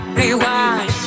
rewind